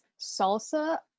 salsa-